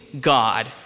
God